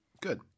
good